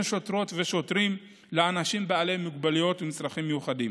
שוטרות ושוטרים לאנשים בעלי מוגבלויות עם צרכים מיוחדים.